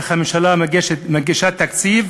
איך הממשלה מגישה תקציב,